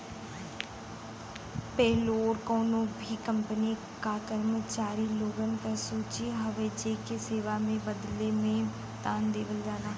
payroll कउनो भी company क कर्मचारी लोगन क सूची हउवे जेके सेवा के बदले में भुगतान देवल जाला